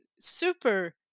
super